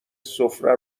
سفره